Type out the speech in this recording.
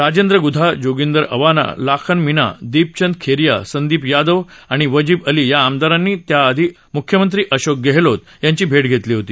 राजेन्द्र ग्धा जोगिन्दर अवाना लाखन मीना दीपचंद खेरिया संदीप यादव आणि वजीब अली या आमदारांनी त्याआधी म्ख्यमंत्री अशोक गहलोत यांची भव घवली होती